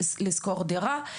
לשכור דירה.